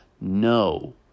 No